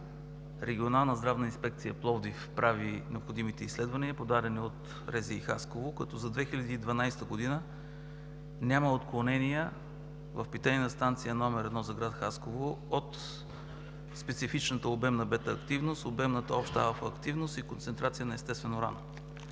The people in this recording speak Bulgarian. Регионална здравна инспекция – Пловдив прави необходимите изследвания, подадени от РЗИ – Хасково, като за 2012 г. няма отклонения в Питейна станция № 1 за град Хасково от специфичната обемна бета-активност, обемната обща алфа-активност и концентрация на естествен уран.